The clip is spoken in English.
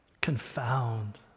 confound